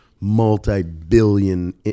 multi-billion